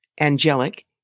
angelic